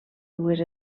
dues